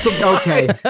Okay